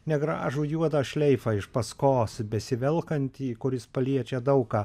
negražų juodą šleifą iš paskos besivelkantį kuris paliečia daug ką